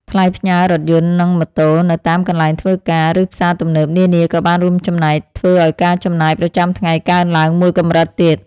ថ្លៃផ្ញើរថយន្តនិងម៉ូតូនៅតាមកន្លែងធ្វើការ ឬផ្សារទំនើបនានាក៏បានរួមចំណែកធ្វើឱ្យការចំណាយប្រចាំថ្ងៃកើនឡើងមួយកម្រិតទៀត។